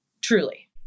truly